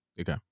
okay